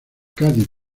cádiz